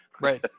Right